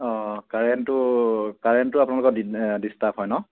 অঁ কাৰেণ্টটো কাৰেণ্টটো আপোনালোকৰ ডিষ্টাৰ্ব হয় ন